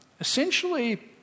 Essentially